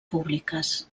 públiques